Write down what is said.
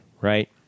right